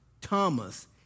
Thomas